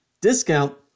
discount